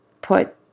put